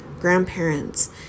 grandparents